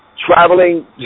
traveling